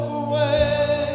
away